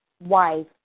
wife